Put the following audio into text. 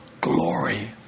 glory